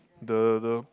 the the